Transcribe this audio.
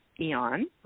Eon